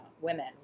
women